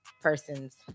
person's